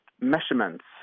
measurements